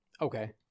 Okay